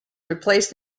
replaced